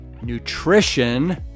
nutrition